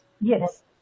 Yes